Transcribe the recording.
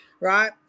right